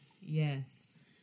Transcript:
Yes